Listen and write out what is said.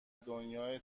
دنیای